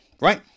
right